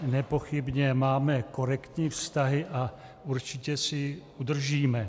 Nepochybně máme korektní vztahy a určitě si je udržíme.